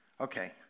Okay